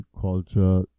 culture